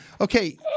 Okay